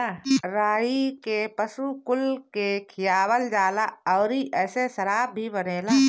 राई के पशु कुल के खियावल जाला अउरी एसे शराब भी बनेला